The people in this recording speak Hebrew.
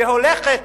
והולכת